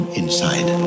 inside